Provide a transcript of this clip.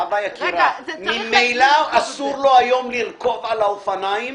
לא ידוע איך זה בכלל נכנס להגדרה של קורקינט ואופניים